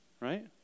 Right